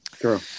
true